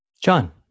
John